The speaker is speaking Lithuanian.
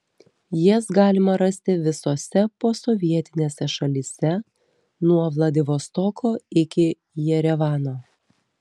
jas galima rasti visose posovietinėse šalyse nuo vladivostoko iki jerevano